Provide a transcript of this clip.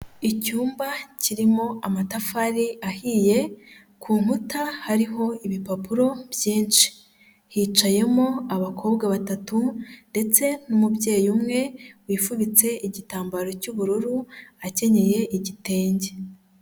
Icyumba kirimo amatafari ahiye, ku nkuta hariho ibipapuro byinshi hicayemo abakobwa batatu ndetse n'umubyeyi umwe wifubitse igitambaro cy'ubururu, akenyeye igitenge.